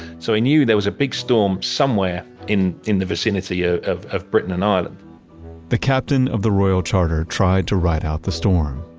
so he knew there was a big storm somewhere in in the vicinity ah of of britain and ireland the captain of the royal charter tried to ride out that storm,